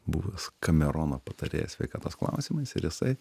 buvęs kamerono patarėjas sveikatos klausimais ir jisai